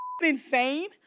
insane